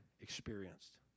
experienced